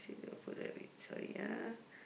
sorry ah